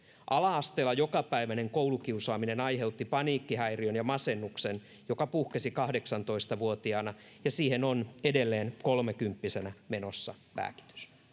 ala asteella jokapäiväinen koulukiusaaminen aiheutti paniikkihäiriön ja masennuksen joka puhkesi kahdeksantoista vuotiaana ja siihen on edelleen kolmekymppisenä menossa lääkitys